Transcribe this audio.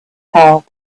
help